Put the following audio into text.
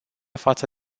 față